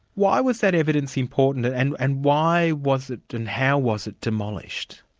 why was that evidence important, and and and why was it, and how was it demolished?